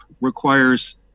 requires